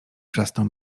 wrzasnął